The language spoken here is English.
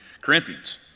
Corinthians